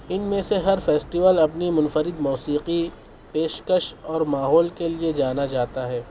ان میں سے ہر فیسٹول اپنی منفرد موسیقی پیشکش اور ماحول کے لیے جانا جاتا ہے